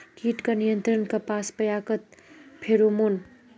कीट का नियंत्रण कपास पयाकत फेरोमोन?